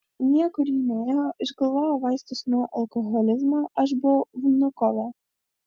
niekur ji nėjo išgalvojo vaistus nuo alkoholizmo aš buvau vnukove